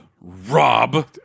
Rob